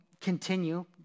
continue